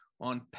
on